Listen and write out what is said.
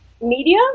media